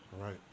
right